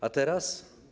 A teraz?